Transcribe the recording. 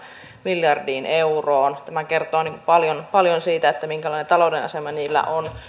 miljardiin euroon tämä kertoo paljon paljon siitä minkälainen taloudellinen asema niillä on